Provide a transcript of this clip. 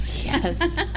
Yes